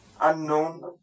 unknown